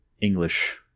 English